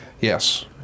Yes